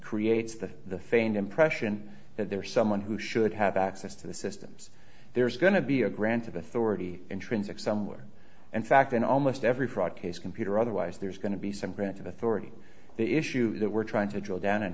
creates the faint impression that they're someone who should have access to the systems there's going to be a grant of authority intrinsics somewhere in fact in almost every fraud case computer or otherwise there's going to be some grant of authority the issue that we're trying to drill down in